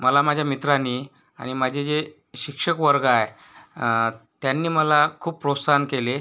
मला माझ्या मित्रांनी आणि माझे जे शिक्षक वर्ग आहे त्यांनी मला खूप प्रोत्साहन केले